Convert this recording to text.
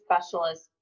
specialist